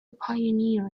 pioneer